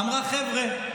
אמרה: חבר'ה,